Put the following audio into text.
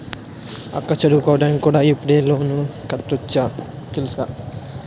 అక్కా చదువుకోడానికి కూడా ఇప్పుడు లోనెట్టుకోవచ్చు తెలుసా?